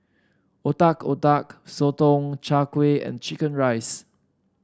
Otak Otak Sotong Char Kway and chicken rice